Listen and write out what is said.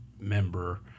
member